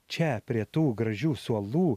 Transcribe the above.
čia prie tų gražių suolų